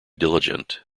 diligent